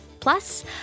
Plus